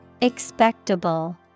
Expectable